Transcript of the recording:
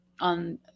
on